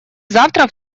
завтра